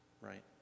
right